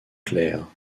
clairs